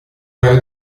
romeo